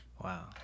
wow